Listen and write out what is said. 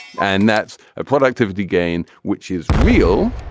and that's a productivity gain which is real.